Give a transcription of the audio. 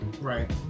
right